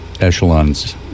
echelons